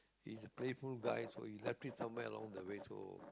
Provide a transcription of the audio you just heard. he's a playful guy so he left it somewhere along the way so